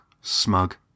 smug